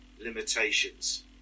limitations